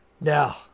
No